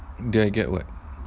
get get what